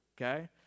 okay